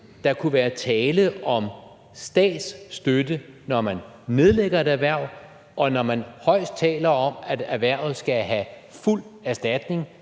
der kunne være tale om statsstøtte, når man nedlægger et erhverv, når man højst taler om, at erhvervet skal have fuld erstatning